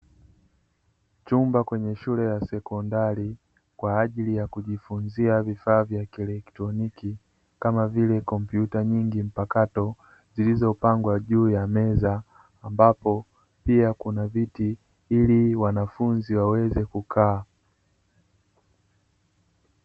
Chumba kwenye shule ya sekondari, kwa ajili ya kujifunzia vifaa vya kieletroniki kama vile kompyuta nyIngi mpakato zilizopangwa juu ya meza, ambapo pia kuna viti ili wanafunzi waweze kukaa.